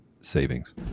savings